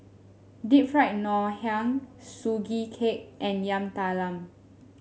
Deep Fried Ngoh Hiang Sugee Cake and Yam Talam